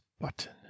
button